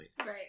Right